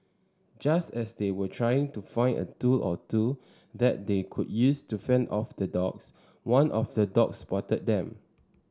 just as they were trying to find a tool or two that they could use to fend off the dogs one of the dog spotted them